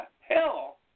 hell